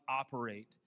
operate